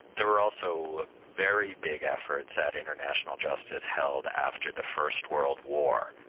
there were also very big efforts at international justice held after the first world war,